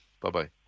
bye-bye